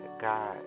God